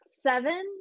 seven